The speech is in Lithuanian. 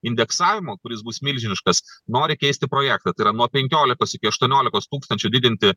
indeksavimo kuris bus milžiniškas nori keisti projektą tai yra nuo penkiolikos iki aštuoniolikos tūkstančių didinti